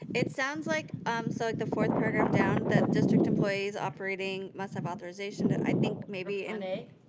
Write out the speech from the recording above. it sounds like, um so like the fourth paragraph down, that district employees operating must have authorization, that i think maybe in a?